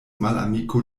malamiko